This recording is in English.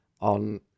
on